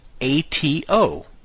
A-T-O